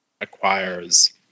acquires